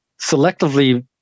selectively